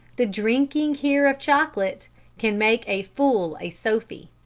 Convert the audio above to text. the drinking here of chocolate can make a fool a sophie.